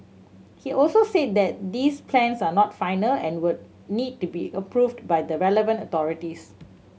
he also said that these plans are not final and would need to be approved by the relevant authorities